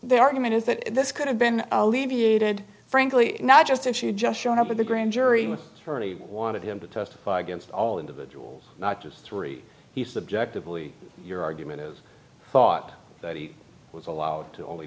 their argument is that this could have been alleviated frankly not just if she had just shown up with a grand jury with her he wanted him to testify against all individuals not just three he subjectively your argument is thought that he was allowed to only